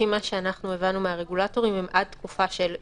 לפי מה שאנחנו הבנו מהרגולטורים הם עד תקופה של שנה.